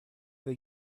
they